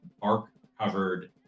bark-covered